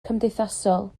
cymdeithasol